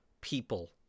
people